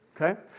okay